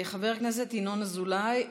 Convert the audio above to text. חבר הכנסת ינון אזולאי.